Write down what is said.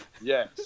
yes